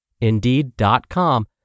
Indeed.com